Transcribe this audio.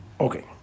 Okay